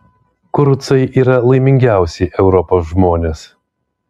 kurucai yra laimingiausi europos žmonės